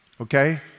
Okay